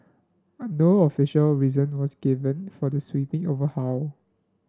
an no official reason was given for the sweeping overhaul